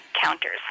counters